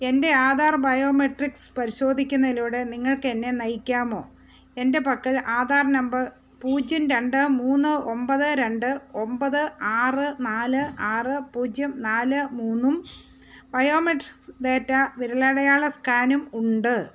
എൻ്റെ Aadhaar biometrics പരിശോധിക്കുന്നതിലൂടെ നിങ്ങൾക്ക് എന്നെ നയിക്കാമോ എൻ്റെ പക്കൽ ആധാർ നമ്പർ പൂജ്യം രണ്ട് മൂന്ന് ഒൻപത് രണ്ട് ഒൻപത് ആറ് നാല് ആറ് പൂജ്യം നല് മൂന്നും ബയോ മെട്രിക് ഡാറ്റ വിരലടയാള സ്കാനും ഉണ്ട്